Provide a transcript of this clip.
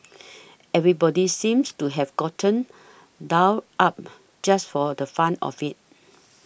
everybody seems to have gotten dolled up just for the fun of it